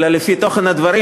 אלא לפי תוכן הדברים,